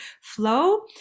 flow